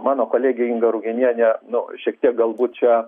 mano kolegė inga ruginienė nu šiek tiek galbūt čia